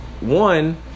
One